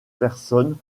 personnes